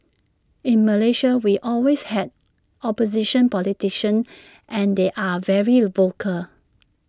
in Malaysia we have always had opposition politicians and they are very vocal